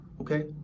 Okay